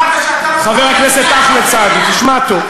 אמרת שאתה, חבר הכנסת אחמד סעדי, תשמע טוב.